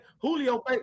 Julio